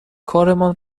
کارمان